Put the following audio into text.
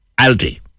Aldi